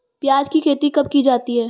प्याज़ की खेती कब की जाती है?